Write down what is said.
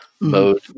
mode